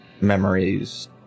memories